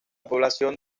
población